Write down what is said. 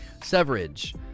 Severage